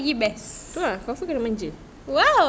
!whoa!